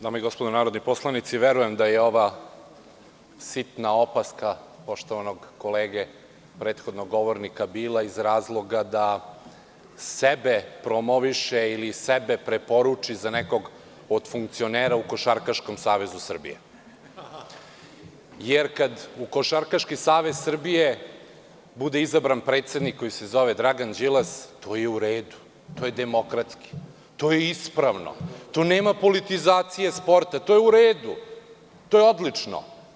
Dame i gospodo narodni poslanici, verujem da je ova sitna opaska poštovanog kolege, prethodnog govornika iz razloga da sebe promoviše ili sebe preporuči za nekog od funkcionera u Košarkaškom savezu Srbije, jer kad u Košarkaški savez Srbije bude izabran predsednik koji se zove Dragan Đilas, to je u redu, to je demokratski, to je ispravno, tu nema politizacije sporta, to je u redu, to je odlično.